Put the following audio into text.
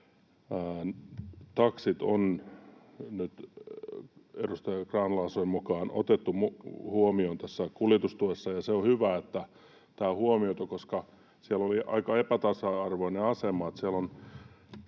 taksit on nyt edustaja Grahn-Laasosen mukaan otettu huomioon tässä kuljetustuessa. On hyvä, että tämä on huomioitu, koska siellä oli aika epätasa-arvoinen asema,